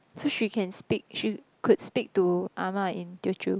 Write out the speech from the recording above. so she can speak she could speak to Ah-Ma in Teochew